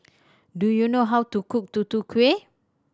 do you know how to cook Tutu Kueh